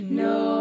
no